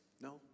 No